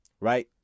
Right